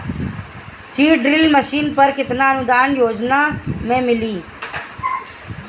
Seed drill machine पर केतना अनुदान योजना में मिली?